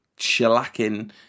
shellacking